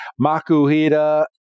Makuhita